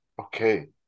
Okay